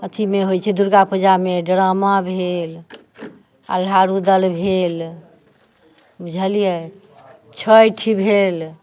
अथीमे होइ छै दुर्गा पूजामे ड्रामा भेल आल्हा रुदल भेल बुझलियै छैठ भेल